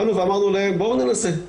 באנו ואמרנו להם, בואו ננסה.